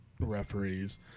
referees